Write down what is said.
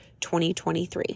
2023